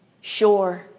sure